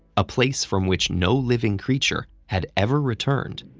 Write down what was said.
a place from which no living creature had ever returned,